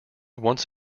once